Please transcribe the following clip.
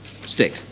stick